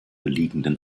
liegenden